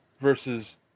versus